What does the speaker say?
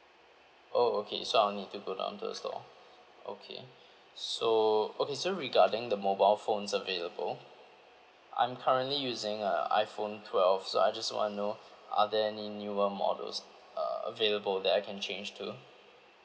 oh okay so I'll need to go down to the store okay so okay so regarding the mobile phones available I'm currently using a iphone twelve so I just wanna know are there any newer models uh available that I can change to